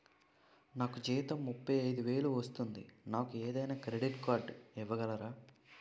నాకు జీతం ముప్పై ఐదు వేలు వస్తుంది నాకు ఏదైనా క్రెడిట్ కార్డ్ ఇవ్వగలరా?